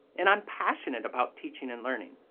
and i am passionate about teaching and learning.